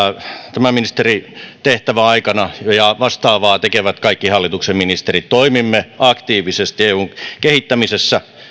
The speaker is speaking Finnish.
tämän ministeritehtävän aikana ja vastaavaa tekevät kaikki hallituksen ministerit toimimme aktiivisesti eun kehittämisessä